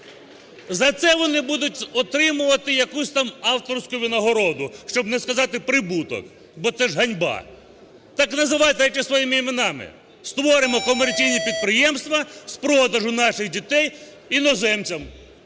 За це вони будуть отримувати якусь там авторську винагороду, щоб не сказати – прибуток, бо це ж ганьба. Так називайте речі своїми іменами: створимо комерційні підприємства з продажу наших дітей іноземцям.